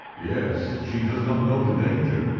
yes. she does not know the danger,